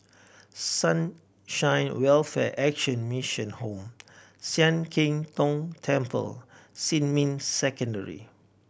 Sunshine Welfare Action Mission Home Sian Keng Tong Temple Xinmin Secondary